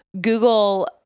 Google